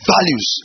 Values